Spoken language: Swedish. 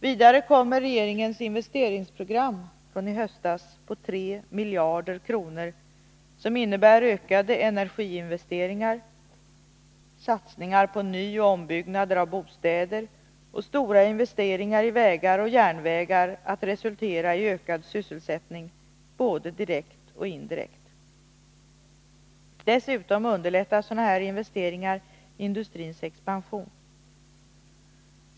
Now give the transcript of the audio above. Vidare kommer regeringens investeringsprogram från i höstas på 3 miljarder kronor, som innebär ökade energiinvesteringar, satsningar på nyoch ombyggnader av bostäder och stora investeringar i vägar och järnvägar, att resultera i ökad sysselsättning både direkt och indirekt. Dessutom underlättar sådana här investeringar industrins expansion.